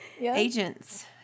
Agents